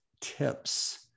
tips